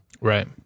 Right